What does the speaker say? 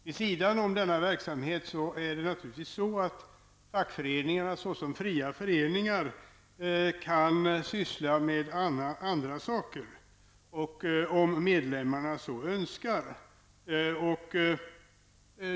Vid sidan om denna verksamhet kan fackföreningarna naturligtvis såsom fria föreningar syssla med andra saker, om medlemmarna så önskar.